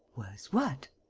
was what?